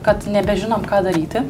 kad nebežinom ką daryti